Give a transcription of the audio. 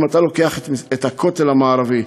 אם אתה לוקח את הכותל המערבי,